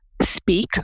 speak